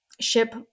ship